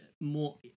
more